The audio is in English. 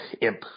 imp